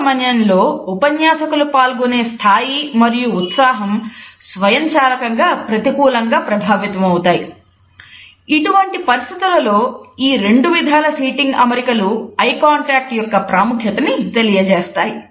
ఈ సమయంలో ఉపన్యాసకుల పాల్గొనే స్థాయి మరియు ఉత్సాహం స్వయంచాలకంగా యొక్క ప్రాముఖ్యతను తెలియజేస్తాయి